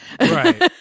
Right